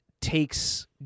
takes